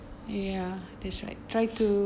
ya that's right try to